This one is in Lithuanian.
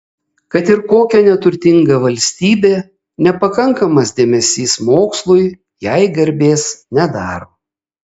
kad ir kokia neturtinga valstybė nepakankamas dėmesys mokslui jai garbės nedaro